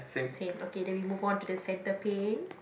same okay then we move on to the centre paint